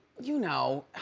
you know,